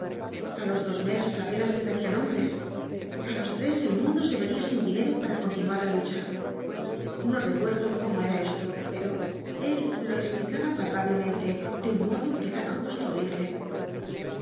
a los dos meses apenas quedarían hombres á los tres el mundo se vería sin dinero para continuar la lucha no recuerdo cómo era esto pero él lo explicaba palpablemente de un modo que daba gusto oirle